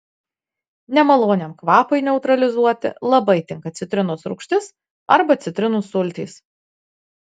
nemaloniam kvapui neutralizuoti labai tinka citrinos rūgštis arba citrinų sultys